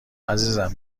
عزیزم